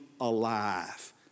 alive